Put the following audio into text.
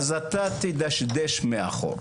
אז אתה תדשדש מאחור.